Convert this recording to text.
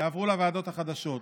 יעברו לוועדות החדשות.